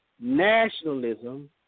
nationalism